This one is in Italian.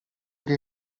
che